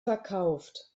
verkauft